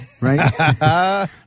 right